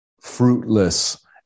fruitless